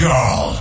Girl